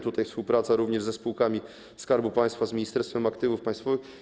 Tutaj jest współpraca również ze spółkami Skarbu Państwa, z Ministerstwem Aktywów Państwowych.